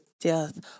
death